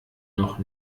noch